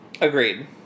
Agreed